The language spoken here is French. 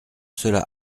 cela